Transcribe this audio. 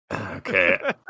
Okay